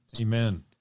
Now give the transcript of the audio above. Amen